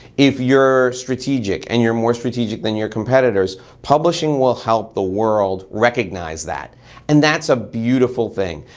if you're strategic and you're more strategic than your competitors publishing will help the world recognize that and that's a beautiful thing.